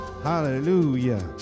Hallelujah